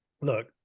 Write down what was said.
Look